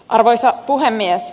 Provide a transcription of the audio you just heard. arvoisa puhemies